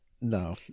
No